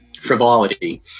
frivolity